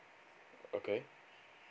okay